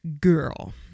girl